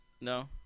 No